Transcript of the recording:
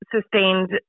sustained